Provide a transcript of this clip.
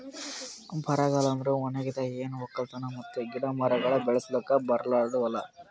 ಬರಗಾಲ ಅಂದುರ್ ಒಣಗಿದ್, ಏನು ಒಕ್ಕಲತನ ಮತ್ತ ಗಿಡ ಮರಗೊಳ್ ಬೆಳಸುಕ್ ಬರಲಾರ್ದು ಹೂಲಾ